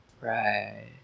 Right